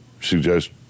suggest